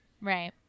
Right